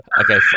Okay